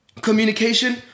communication